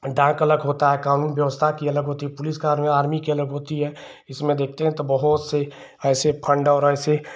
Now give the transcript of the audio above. डाक का अलग होता है कानून व्यवस्था की अलग होती पुलिस की अलग आर्मी की अलग होती है इसमें देखते हैं तो बहुत से ऐसे फण्ड और ऐसे